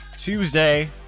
Tuesday